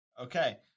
Okay